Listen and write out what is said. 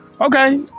Okay